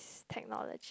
technology